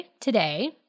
today